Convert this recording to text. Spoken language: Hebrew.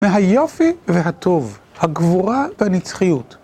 מהיופי והטוב, הגבורה והנצחיות.